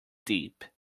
deep